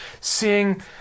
seeing